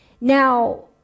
Now